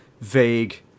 vague